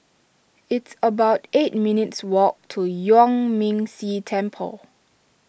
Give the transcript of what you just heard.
it's about eight minutes' walk to Yuan Ming Si Temple